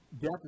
death